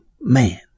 man